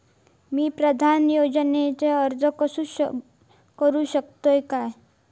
मी पंतप्रधान योजनेक अर्ज करू शकतय काय?